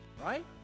Right